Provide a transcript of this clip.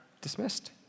dismissed